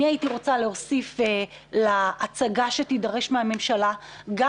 אני רוצה להוסיף להצגה שתידרש מהממשלה גם